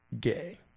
gay